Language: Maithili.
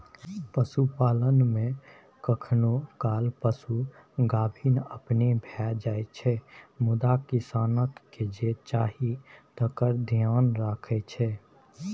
पशुपालन मे कखनो काल पशु गाभिन अपने भए जाइ छै मुदा किसानकेँ जे चाही तकर धेआन रखै छै